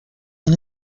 and